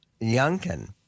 Youngkin